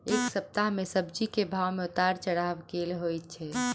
एक सप्ताह मे सब्जी केँ भाव मे उतार चढ़ाब केल होइ छै?